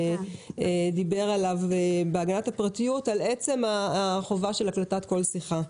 על עצם החובה של הקלטת כל שיחה.